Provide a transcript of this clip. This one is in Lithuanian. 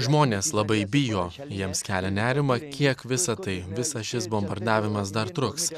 žmonės labai bijo jiems kelia nerimą kiek visa tai visas šis bombardavimas dar truks